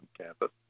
campus